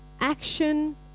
action